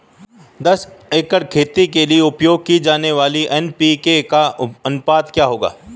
दस एकड़ खेती के लिए उपयोग की जाने वाली एन.पी.के का अनुपात क्या होगा?